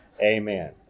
Amen